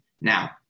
Now